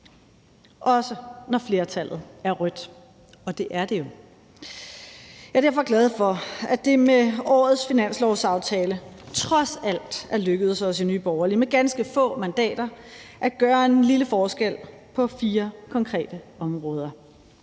også når flertallet er rødt, og det er det jo. Jeg er derfor glad for, at det med årets finanslovsaftale trods alt er lykkedes os i Nye Borgerlige med ganske få mandater at gøre en lille forskel på fire konkrete områder: